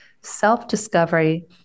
self-discovery